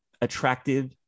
attractive